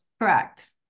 correct